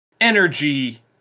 energy